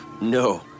no